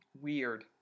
Weird